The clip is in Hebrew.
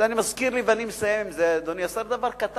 זה מזכיר לי, ואני מסיים, אדוני השר, דבר קטן.